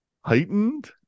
heightened